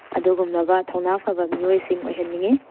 ꯑꯗꯨꯒꯨꯝꯂꯕ ꯊꯧꯅꯥ ꯐꯕ ꯃꯤꯑꯣꯏꯁꯤꯡ ꯑꯣꯏꯍꯟꯅꯤꯡꯏ